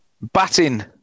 batting